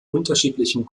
unterschiedlichen